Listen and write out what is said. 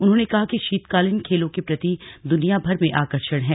उन्होंने कहा कि शीतकालीन खेलों के प्रति दुनिया भर में आकर्षण है